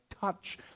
touch